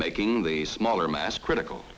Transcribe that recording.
making the smaller mass critical